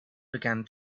began